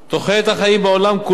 נמצאת במגמת עלייה,